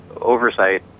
oversight